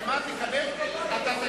חבר הכנסת שטרית,